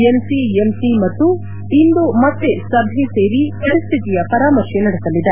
NCMC ಇಂದು ಮತ್ತೆ ಸಭೆ ಸೇರಿ ಪರಿಸ್ಥಿತಿಯ ಪರಾಮರ್ಶೆ ನಡೆಸಲಿದೆ